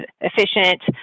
efficient